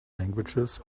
languages